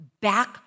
back